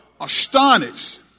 astonished